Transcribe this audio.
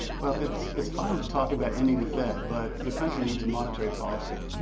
well, it's it's fine to talk about ending the fed, but the country needs a monetary policy,